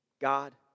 God